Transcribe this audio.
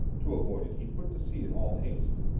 to avoid it he put to sea in all haste.